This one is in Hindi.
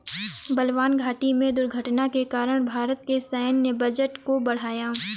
बलवान घाटी में दुर्घटना के कारण भारत के सैन्य बजट को बढ़ाया